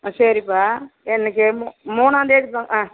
ஆ சரிப்பா என்றைக்கி மூ மூணாம்தேதிப்பா ஆ